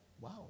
wow